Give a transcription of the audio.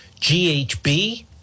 GHB